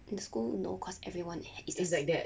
in school no cause everyone is